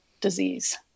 disease